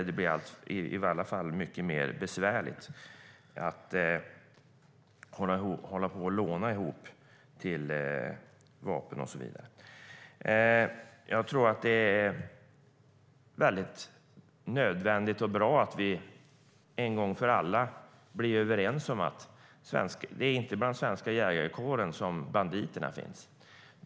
Det blir i alla fall mer besvärligt att låna vapen och så vidare. Jag tror att det är nödvändigt och bra att vi en gång för alla blir överens om att det inte är i den svenska jägarkåren som banditerna finns.